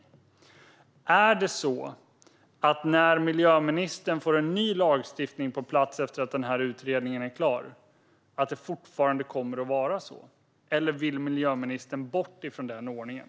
Kommer det fortfarande att vara så när miljöministern får en ny lagstiftning på plats efter det att utredningen är klar, eller vill miljöministern bort ifrån den ordningen?